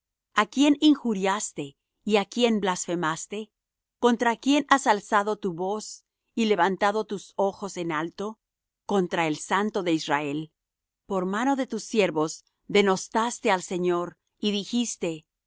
a quién injuriaste y á quién blasfemaste contra quién has alzado tu voz y levantado tus ojos en alto contra el santo de israel por mano de tus siervos denostaste al señor y dijiste yo